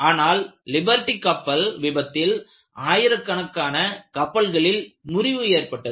ஆனால் லிபெர்ட்டி கப்பல் விபத்தில் ஆயிரக்கணக்கான கப்பல்களில் முறிவு ஏற்பட்டது